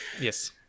Yes